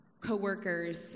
co-workers